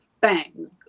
bang